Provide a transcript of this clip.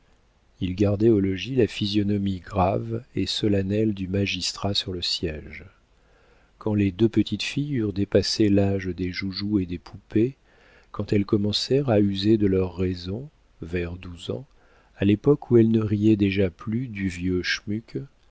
il gardait au logis la physionomie grave et solennelle du magistrat sur le siége quand les deux petites filles eurent dépassé l'âge des joujoux et des poupées quand elles commencèrent à user de leur raison vers douze ans à l'époque où elles ne riaient déjà plus du vieux schmuke